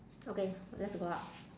okay let's go out